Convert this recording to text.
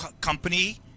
company